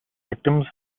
victims